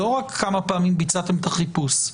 לא רק כמה פעמים ביצעתם את החיפוש.